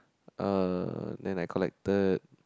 uh then I collected